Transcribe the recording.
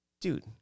Dude